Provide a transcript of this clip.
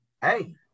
hey